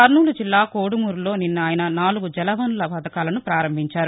కర్నూలు జిల్లా కోడుమూరులో నిన్న ఆయన నాలుగు జలవనరుల పథకాలను ప్రారంభించారు